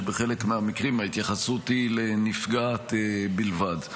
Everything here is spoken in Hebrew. שבחלק מהמקרים ההתייחסות היא לנפגעת בלבד.